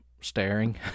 staring